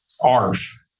ARF